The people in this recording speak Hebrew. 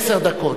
עשר דקות,